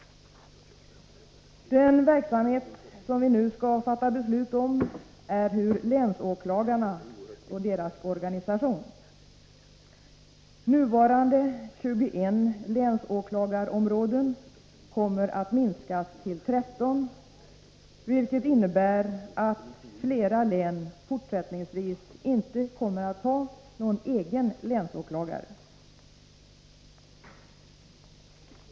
Den verksamhet som vi nu skall fatta beslut om är länsåklagarna och deras organisation. Nuvarande 21 länsåklagarområden kommer att minskas till 13, vilket innebär att flera län fortsättningsvis inte kommer att ha någon egen länsåklagare.